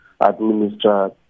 administer